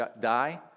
die